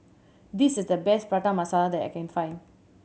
this is the best Prata Masala that I can find